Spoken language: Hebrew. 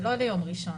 זה לא ליום ראשון.